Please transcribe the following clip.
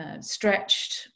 stretched